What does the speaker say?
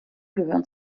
gehören